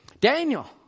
Daniel